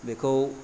बेखौ